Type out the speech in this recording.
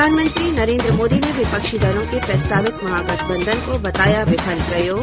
प्रधानमंत्री नरेन्द्र मोदी ने विपक्षी दलों के प्रस्तावित महागठबंधन को बताया विफल प्रयोग